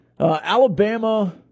Alabama